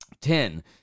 Ten